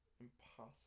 impossible